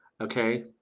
okay